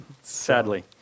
Sadly